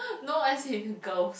no as in girl